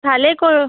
ভালেই কৰোঁ